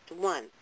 one